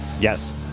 Yes